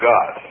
God